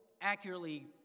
accurately